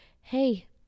hey